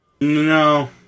No